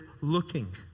looking